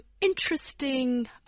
interesting